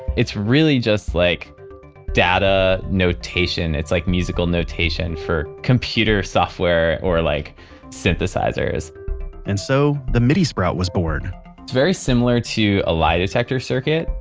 it's really just like data notation. it's like musical notation for computer software or like synthesizers synthesizers and so the midi sprout was born it's very similar to a lie detector circuit.